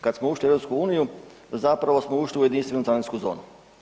Kad smo ušli u EU zapravo smo ušli u jedinstvenu carinsku zonu.